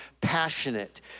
passionate